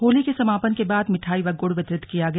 होली के समापन के बाद मिठाई व गुड़ वितरित किया गया